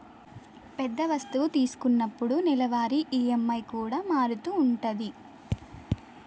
పెద్ద వస్తువు తీసుకున్నప్పుడు నెలవారీ ఈ.ఎం.ఐ కూడా మారుతూ ఉంటది